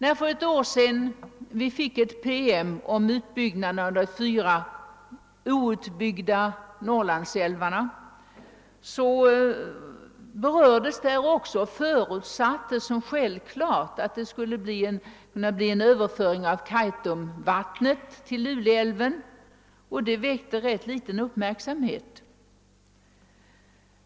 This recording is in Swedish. I en PM, som vi fick för ett år sedan, om utbyggnad av de fyra outbyggda Norrlandsälvarna förutsattes som självklart att Kaitumvattnet skulle överföras till Lule älv, och det väckte rätt liten uppmärksamhet.